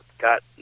Got